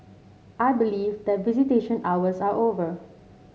I believe that visitation hours are over